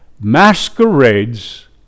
masquerades